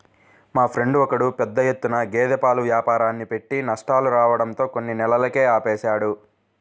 మా ఫ్రెండు ఒకడు పెద్ద ఎత్తున గేదె పాల వ్యాపారాన్ని పెట్టి నష్టాలు రావడంతో కొన్ని నెలలకే ఆపేశాడు